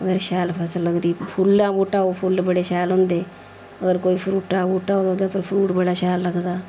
अगर शैल फसल लगदी फुल्लें दा बूह्टा होग फुल्ल बड़े शैल होंदे होर कोई फरूटा दा बूहटा होग तां ओह्दे पर फरूट बड़ा शैल लगदा